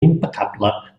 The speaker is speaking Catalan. impecable